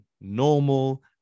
normal